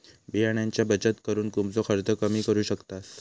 बियाण्यांची बचत करून तुमचो खर्च कमी करू शकतास